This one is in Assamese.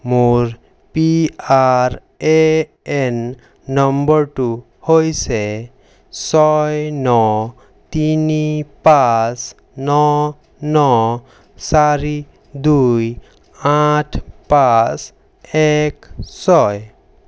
মোৰ পি আৰ এ এন নম্বৰটো হৈছে ছয় ন তিনি পাঁচ ন ন চাৰি দুই আঠ পাঁচ এক ছয়